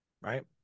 right